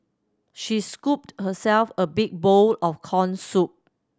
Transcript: she scooped herself a big bowl of corn soup